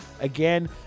again